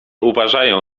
uważają